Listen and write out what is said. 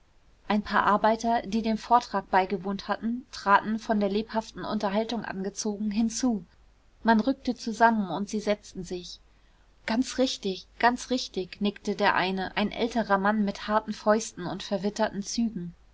ein paar arbeiter die dem vortrag beigewohnt hatten traten von der lebhaften unterhaltung angezogen hinzu man rückte zusammen und sie setzten sich ganz richtig ganz richtig nickte der eine ein älterer mann mit harten fäusten und verwitterten zügen